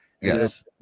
Yes